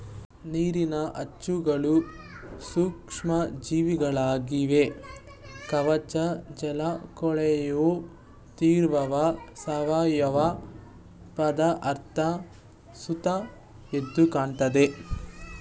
ನೀರಿನ ಅಚ್ಚುಗಳು ಸೂಕ್ಷ್ಮ ಜೀವಿಗಳಾಗಿವೆ ಕವಕಜಾಲಕೊಳೆಯುತ್ತಿರುವ ಸಾವಯವ ಪದಾರ್ಥ ಸುತ್ತ ಎದ್ದುಕಾಣ್ತದೆ